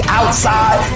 outside